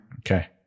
Okay